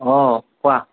অঁ কোৱা